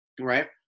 right